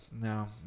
no